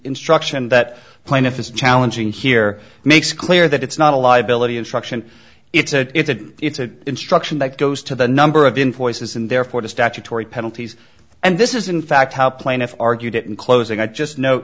instruction that plaintiff is challenging here makes clear that it's not a liability instruction it's a it's a it's an instruction that goes to the number of in forces and therefore the statutory penalties and this is in fact how plaintiff argued it in closing i'd just no